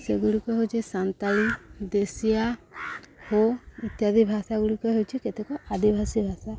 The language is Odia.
ସେଗୁଡ଼ିକ ହେଉଛି ସାନ୍ତାଳ ଦେଶିଆ ହୋ ଇତ୍ୟାଦି ଭାଷା ଗୁଡ଼ିକ ହେଉଛି କେତେକ ଆଦିବାସୀ ଭାଷା